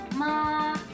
Ma